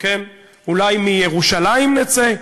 אולי מירושלים נצא,